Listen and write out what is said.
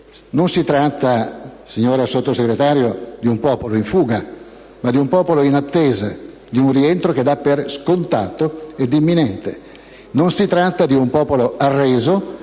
non si tratta, signora Sottosegretario, di un popolo in fuga, ma di persone in attesa di un rientro che danno per scontato e imminente. Non si tratta di un popolo arreso,